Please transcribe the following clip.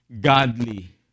godly